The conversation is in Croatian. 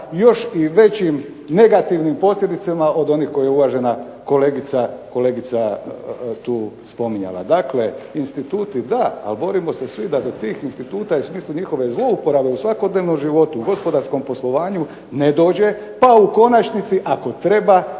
još i većim negativnim posljedicama od onih koje je uvažena kolegica tu spominjala. Dakle, instituti da, ali borimo se svi da do tih instituta u smislu njihove zlouporabe u svakodnevnom životu i gospodarskom poslovanju ne dođe, pa u konačnici ako treba